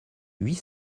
huit